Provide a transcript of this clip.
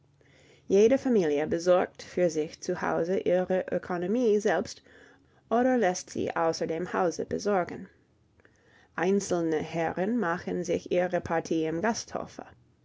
jede familie besorgt für sich zu hause ihre ökonomie selbst oder läßt sie außer dem hause besorgen einzelne herren machen sich ihre partie im gasthofe